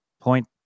point